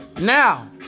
Now